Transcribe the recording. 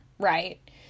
right